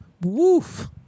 Woof